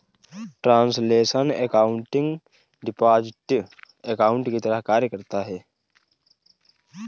translational accounting deposit account की तरह कार्य करता है